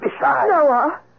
Noah